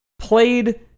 played